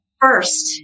first